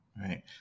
right